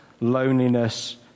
loneliness